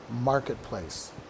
marketplace